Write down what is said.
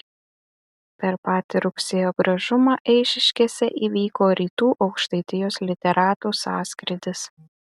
per patį rugsėjo gražumą eišiškėse įvyko rytų aukštaitijos literatų sąskrydis